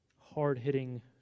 hard-hitting